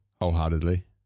wholeheartedly